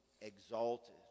exalted